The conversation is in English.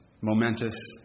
momentous